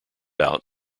about